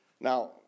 Now